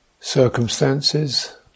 circumstances